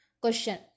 Question